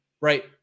right